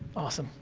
awesome,